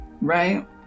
Right